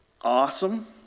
awesome